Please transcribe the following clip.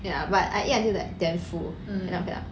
ya but I eat until like damn full